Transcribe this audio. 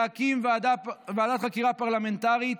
להקים ועדת חקירה פרלמנטרית,